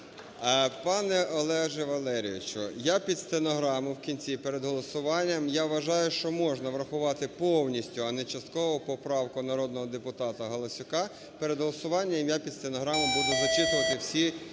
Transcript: ПанеОлеже Валерійовичу, я під стенограму в кінці, перед голосуванням, я вважаю, що можна врахувати повністю, а не частково поправку народного депутата Галасюка. Перед голосуванням я під стенограму буду зачитувати всі,